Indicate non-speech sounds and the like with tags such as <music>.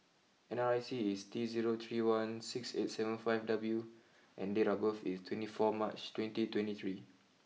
N R I C is T zero three one six eight seven five W and date of birth is twenty four March twenty twenty three <noise>